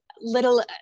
little